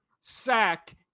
sack